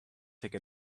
take